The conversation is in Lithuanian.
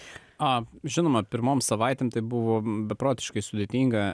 a žinoma pirmom savaitėm tai buvo beprotiškai sudėtinga